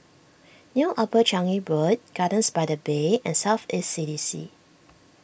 New Upper Changi Road Gardens by the Bay and South East C D C